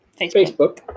facebook